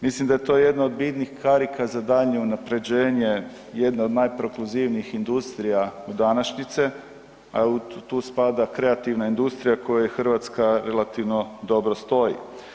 Mislim da je to jedna od bitnih karika za daljnje unaprjeđenje jedne od najprokluzivnijih industrija današnjice, a tu spada kreativna industrija koje Hrvatska relativno dobro stoji.